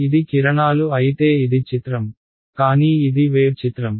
ఇది కిరణాలు అయితే ఇది చిత్రం కానీ ఇది వేవ్ చిత్రం